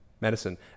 medicine